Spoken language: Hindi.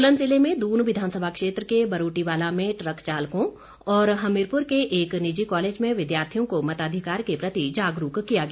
सोलन जिले में दून विधानसभा क्षेत्र के बरोटीवाला में ट्रक चालकों और हमीरपुर के एक निजी कॉलेज में विद्यार्थियों को मताधिकार के प्रति जागरूक किया गया